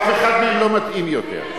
אף אחד מהם לא מתאים יותר.